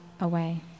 away